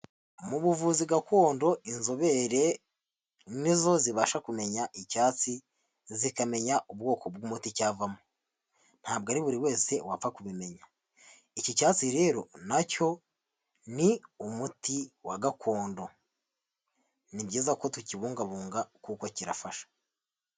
Mu buvuzi gakondo inzobere ni zo zibasha kumenya icyatsi zikamenya ubwoko bw'umuti cyavamo, ntabwo ari buri wese wapfa kubimenya, iki cyatsi rero nacyo ni umuti wa gakondo, ni byiza ko tukibungabunga kuko kirafasha.